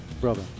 brother